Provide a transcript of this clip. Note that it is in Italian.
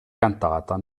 cantata